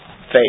faith